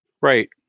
Right